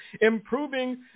improving